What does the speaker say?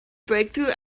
breakthrough